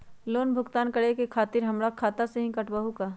Loan भुगतान करे के खातिर पैसा हमर खाता में से ही काटबहु का?